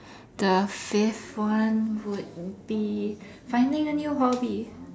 the fifth one would be finding a new hobby